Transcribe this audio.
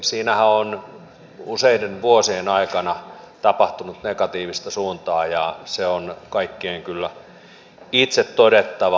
siinähän on useiden vuosien aikana tapahtunut negatiivista suuntaa ja se on kaikkien kyllä itse todettava